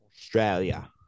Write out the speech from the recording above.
Australia